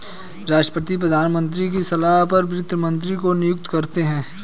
राष्ट्रपति प्रधानमंत्री की सलाह पर वित्त मंत्री को नियुक्त करते है